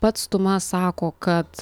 pats tuma sako kad